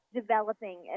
developing